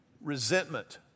resentment